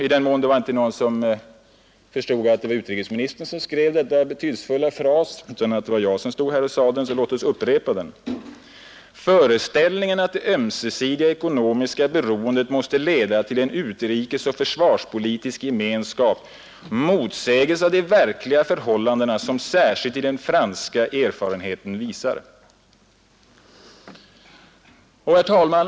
I den mån det var någon som inte förstod att det är utrikesministern som skrivit denna betydelsefulla fras utan som trodde att det var jag som stod här och formulerade den vill jag upprepa: ”——— föreställningen att det ömsesidiga ekonomiska beroendet måste leda till en utrikesoch försvarspolitisk gemenskap motsäges av de verkliga förhållandena som särskilt den 35 franska erfarenheten visar.” Herr talman!